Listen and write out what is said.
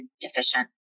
deficient